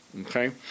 Okay